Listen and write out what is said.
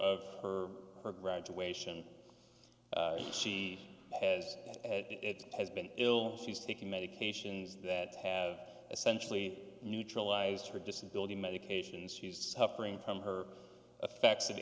of her her graduation she has has been ill she's taking medications that have essentially neutralized her disability medications she's suffering from her affects of